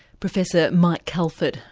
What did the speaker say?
professor mike calford,